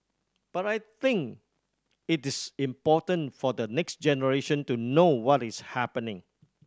but I think it is important for the next generation to know what is happening